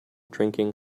drinking